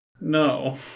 No